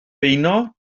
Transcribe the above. beuno